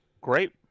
Great